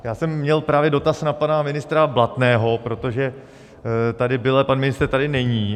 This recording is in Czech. Já jsem měl právě dotaz na pana ministra Blatného, protože tady byl, a pan ministr tady není.